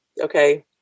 okay